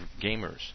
gamers